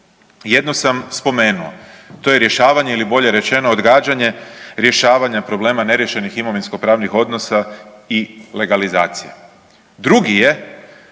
Jednu sam spomenuo, to je rješavanje ili bolje rečeno odgađanje rješavanja problema neriješenih imovinskopravnih odnosa i legalizacija.